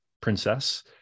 princess